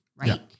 right